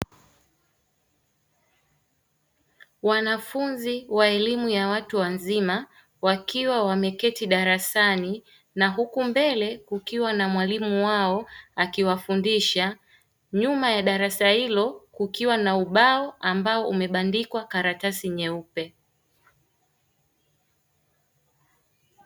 Wanafunzi wa elimu ya watu wazima wakiwa wameketi darasani na huku mbele kukiwa na mwalimu wao akiwafundisha, nyuma ya darasa hilo kukiwa na ubao ambao umebandikwa karatasi nyeupe.